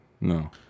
no